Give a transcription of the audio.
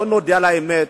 בוא נודה על האמת: